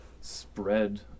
spread